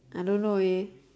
I don't know eh